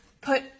put